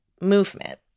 movement